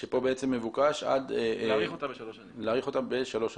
מבוקש להאריך אותה בשלוש שנים.